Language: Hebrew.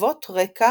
המהוות רקע